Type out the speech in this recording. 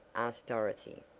asked dorothy,